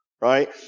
Right